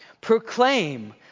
Proclaim